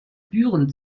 büren